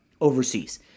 overseas